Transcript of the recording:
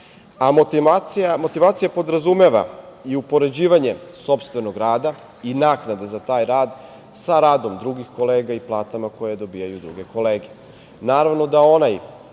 podrazumeva i upoređivanje sopstvenog rada i naknade za taj rad sa radom drugih kolega i platama koje dobijaju druge kolege.